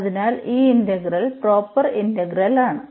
അതിനാൽ ഈ integral proper integral ആണ്